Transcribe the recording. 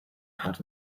had